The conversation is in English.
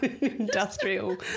Industrial